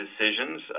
decisions